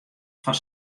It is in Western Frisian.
fan